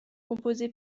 composées